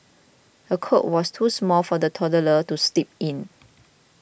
the cot was too small for the toddler to sleep in